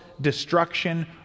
destruction